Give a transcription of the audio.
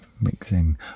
mixing